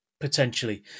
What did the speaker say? potentially